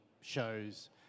shows